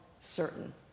certain